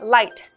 Light